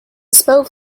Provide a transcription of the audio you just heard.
spoke